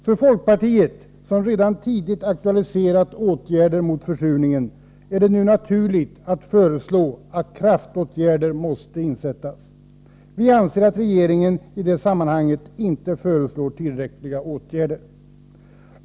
För folkpartiet, som redan tidigt aktualiserat åtgärder mot försurningen, är det nu naturligt att föreslå att kraftåtgärder måste insättas. Vi anser att regeringen i det sammanhanget inte föreslår tillräckliga åtgärder.